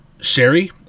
Sherry